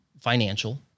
financial